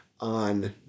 on